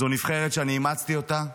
זו נבחרת שאימצתי אותה.